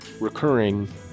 recurring